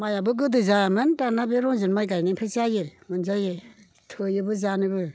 मायाबो गोदो जायामोन दानिया बे रनजित माइ गायनायनिफ्राय जायो मोनजायो थोयोबो जानोबो